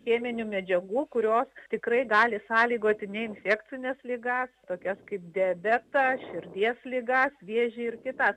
cheminių medžiagų kurios tikrai gali sąlygoti neinfekcines ligas tokias kaip diabetą širdies ligą vėžį ir kitas